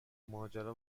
ماجرا